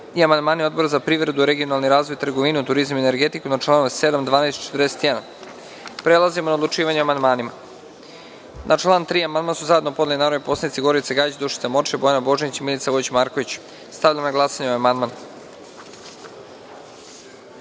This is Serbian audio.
i amandmani Odbora za privredu, regionalni razvoj, trgovinu, turizam i energetiku na članove 7, 12. i 41.Prelazimo na odlučivanje o amandmanima. Na član 3. amandman su zajedno podnele narodne poslanice Gorica Gajić, Dušica Morčev, Bojana Božanić i Milica Vojić Marković. Stavljam na glasanje ovaj